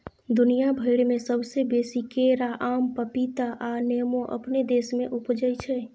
दुनिया भइर में सबसे बेसी केरा, आम, पपीता आ नेमो अपने देश में उपजै छै